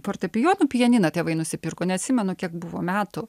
fortepijonu pianiną tėvai nusipirko neatsimenu kiek buvo metų